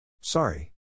Sorry